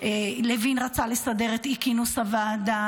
לוין רצה לסדר את אי כינוס הוועדה,